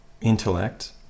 intellect